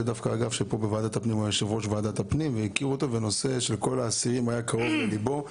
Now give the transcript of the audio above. היה יו"ר ועדת הפנים והנושא של האסירים היה קרוב לליבו.